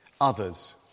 others